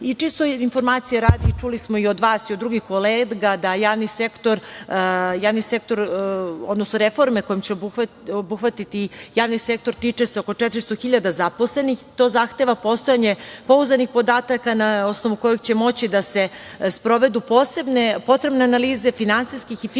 informacije radi, čuli smo i od vas i od drugih kolega, da javni sektor odnosno reforme koje će obuhvatiti javni sektor, tiče se oko 400 hiljada zaposlenih, to zahteva postojanje pouzdanih podataka na osnovu kojih će moći da se sprovedu posebne potrebne analize finansijskih i fiskalnih